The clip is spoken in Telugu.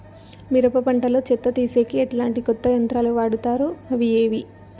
మిరప పంట లో చెత్త తీసేకి ఎట్లాంటి కొత్త యంత్రాలు వాడుతారు అవి ఏవి?